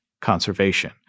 conservation